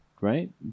right